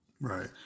right